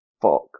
fuck